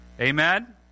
Amen